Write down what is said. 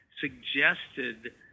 suggested